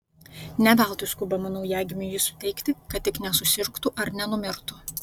ne veltui skubama naujagimiui jį suteikti kad tik nesusirgtų ar nenumirtų